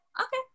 okay